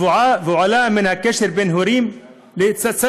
הטבועה ועולה מן הקשר בין הורים לצאצאיהם".